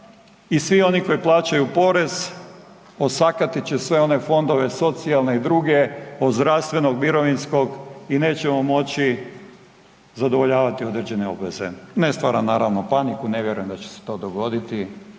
i svi oni koji plaćaju porez osakatit će sve one fondove socijalne i druge, od zdravstvenog, mirovinskog i nećemo moći zadovoljavati određene obveze. Ne stvaram naravno paniku, ne vjerujem da će se to dogoditi,